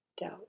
doubt